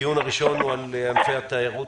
הדיון הראשון הוא על ענפי התיירות,